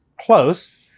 close